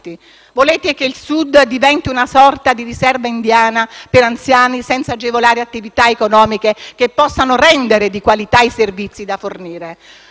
Volete che il Sud diventi una sorta di riserva indiana per anziani, senza agevolare attività economiche che possano rendere di qualità i servizi da fornire.